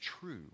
true